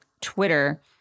Twitter –